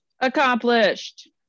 Accomplished